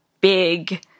big